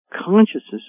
consciousness